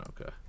Okay